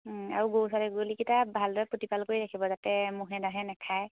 আৰু গৰু ছাগলীকেইটা ভালদৰে প্ৰতিপাল কৰি ৰাখিব যাতে মহে দাহে নেখায়